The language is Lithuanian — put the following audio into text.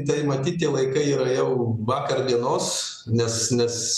tai matyt tie laikai yra jau vakar dienos nes nes